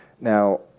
Now